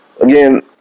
Again